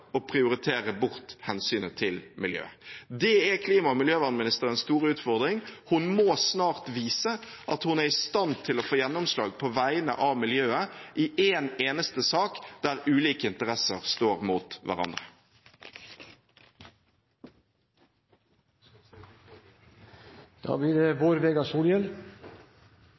prioritere bort hensynet til miljøet. Det er klima- og miljøministerens store utfordring. Hun må snart vise at hun er i stand til å få gjennomslag på vegne av miljøet i en eneste sak der ulike interesser står mot